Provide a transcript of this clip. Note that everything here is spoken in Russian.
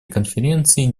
конференции